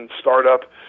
startup